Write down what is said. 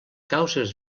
causes